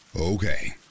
Okay